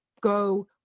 go